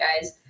guys